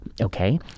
Okay